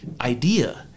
idea